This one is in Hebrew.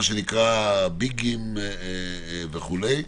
מה שנקרא ה-ביגים וכולי.